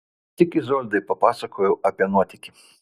tik izoldai papasakojau apie nuotykį